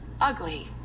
ugly